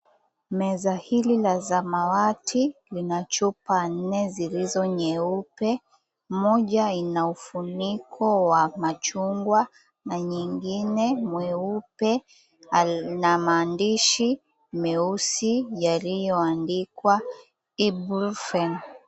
Meza hili la samawati lina chupa nne zilizo nyeupe. Moja ina ufuniko wa machungwa na nyingine mweupe na maandishi meusi yaliyoandikwa "IBRUFEN".